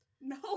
No